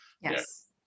Yes